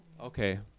Okay